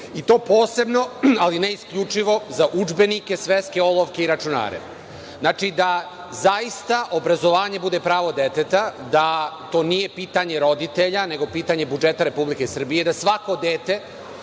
i to posebno, ali ne isključivo za udžbenike, sveske, olovke i računare. Znači, da zaista obrazovanje bude pravo deteta, da to nije pitanje roditelja nego pitanje budžeta Republike Srbije, da svako dete